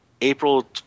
April